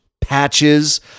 patches